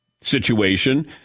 situation